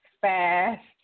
fast